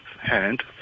hand